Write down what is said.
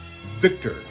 victor